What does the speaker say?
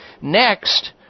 Next